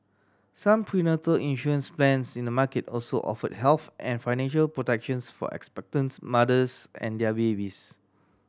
some prenatal insurance plans in the market also offer health and financial protections for expectants mothers and their babies